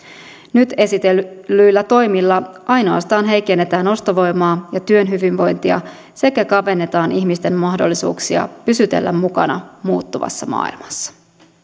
nyt esitellyillä toimilla ainoastaan heikennetään ostovoimaa ja työhyvinvointia sekä kavennetaan ihmisten mahdollisuuksia pysytellä mukana muuttuvassa maailmassa